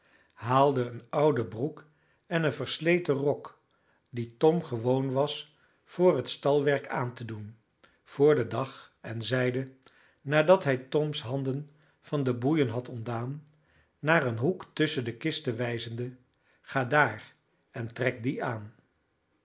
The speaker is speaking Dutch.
haalde een oude broek en een versleten rok die tom gewoon was voor het stalwerk aan te doen voor den dag en zeide nadat hij toms handen van de boeien had ontdaan naar een hoek tusschen de kisten wijzende ga daar en trek die aan